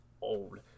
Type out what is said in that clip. old